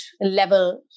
level